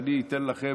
אני אתן לכם,